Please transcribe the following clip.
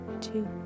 two